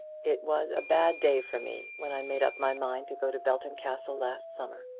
it was a bad day for me when i made up my mind to go to belton castle last summer.